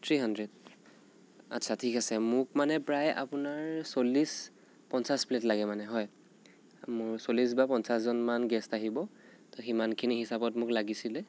three hundred আচ্চা ঠিক আছে মোক মানে প্ৰায় আপোনাৰ চল্লিছ পঞ্চাছ প্লেট লাগে মানে হয় মোৰ চল্লিছ বা পঞ্চাছজন মান গেষ্ট আহিব তো সিমানখিনি হিচাবত মোক লাগিছিলে